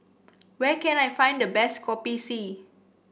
where can I find the best Kopi C